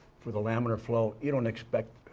for the laminar flow, you don't expect,